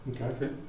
Okay